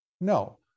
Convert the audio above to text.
No